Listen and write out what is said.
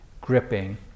gripping